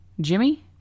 jimmy